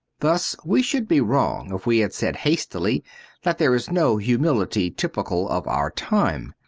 thus we should be wrong if we had said hastily that there is no humility typical of our time.